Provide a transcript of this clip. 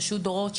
פשוט דורות,